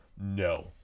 no